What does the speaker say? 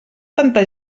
tanta